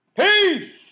peace